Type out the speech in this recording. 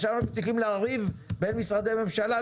עכשיו אנחנו צריכים לריב בין משרדי הממשלה?